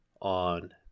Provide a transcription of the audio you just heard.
on